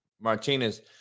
Martinez